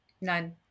None